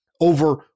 over